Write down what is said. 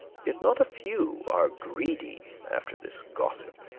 yet not a few are greedy after this gossip.